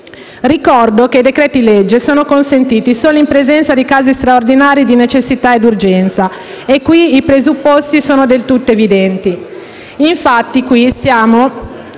Ricordo che i decreti-legge sono consentiti solo in presenza di casi straordinari di necessità ed urgenza e qui i presupposti sono del tutto evidenti: stiamo